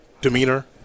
demeanor